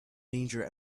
danger